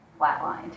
flatlined